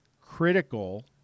critical